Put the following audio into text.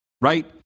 Right